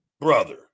brother